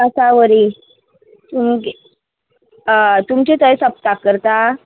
आसाबरी तुमगे हय तुमचे थंय सोपता करता